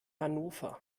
hannover